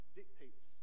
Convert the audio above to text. dictates